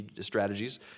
strategies